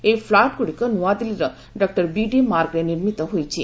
ଏହି ଫ୍ଲାଟଗୁଡ଼ିକ ନୂଆଦିଲ୍ଲୀର ଡକ୍ଟର ବିଡି ମାର୍ଗରେ ନିର୍ମିତ ହୋଇଛି